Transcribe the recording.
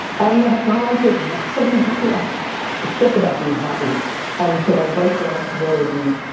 and have gone on to massively happy, like it's just about being happy and so my advice for an entrepreneur would be